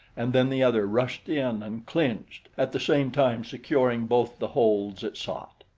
and then the other rushed in and clinched, at the same time securing both the holds it sought.